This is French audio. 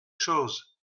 chose